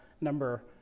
number